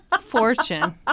Fortune